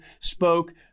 spoke